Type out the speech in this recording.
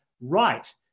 right